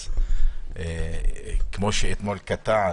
אז כמו שאתמול קטע,